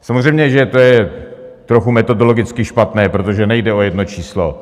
Samozřejmě že to je trochu metodologicky špatně, protože nejde o jedno číslo.